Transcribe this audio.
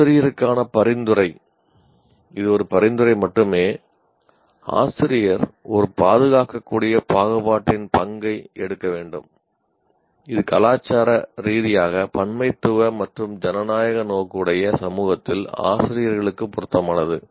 ஆசிரியருக்கான பரிந்துரை ஆசிரியர் ஒரு பாதுகாக்கக்கூடிய பாகுபாட்டின் பங்கை எடுக்க வேண்டும் இது கலாச்சார ரீதியாக பன்மைத்துவ மற்றும் ஜனநாயக நோக்குடைய சமூகத்தில் ஆசிரியர்களுக்கு பொருத்தமானது